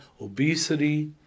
obesity